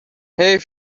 حیف